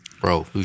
Bro